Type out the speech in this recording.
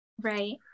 Right